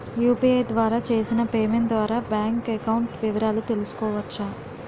UPI ద్వారా చేసిన payment ద్వారా బ్యాంక్ అకౌంట్ వివరాలు తెలుసుకోవచ్చ?